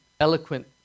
eloquent